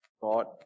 God